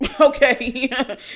Okay